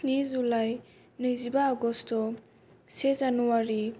स्नि जुलाई नैजिबा आगष्ट से जानुवारि